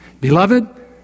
Beloved